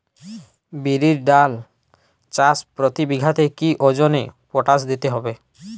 বিরির ডাল চাষ প্রতি বিঘাতে কি ওজনে পটাশ দিতে হবে?